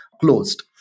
closed